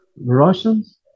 Russians